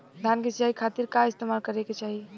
धान के सिंचाई खाती का इस्तेमाल करे के चाही?